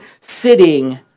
sitting